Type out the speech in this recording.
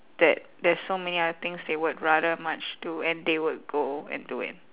that there's so many other things they would rather much do and they would go and do it